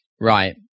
Right